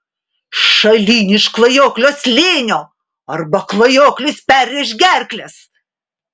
šalin iš klajoklio slėnio arba klajoklis perrėš gerkles